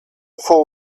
full